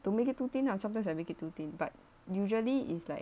don't make it too thin lah sometimes I make it too thin but usually is like